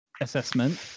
assessment